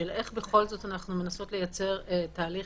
איך בכל זאת אנחנו מנסות לייצר תהליך